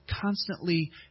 constantly